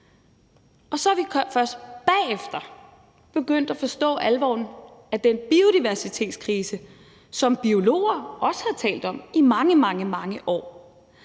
Og så er vi først bagefter begyndt at forstå alvoren af den biodiversitetskrise, som biologer også har talt om i mange, mange år.